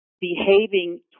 behaving